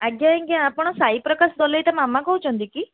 ଆଜ୍ଞା ଆଜ୍ଞା ଆପଣ ସାଇପ୍ରକାଶ ଦଲେଇ ତା ମାମା କହୁଛନ୍ତି କି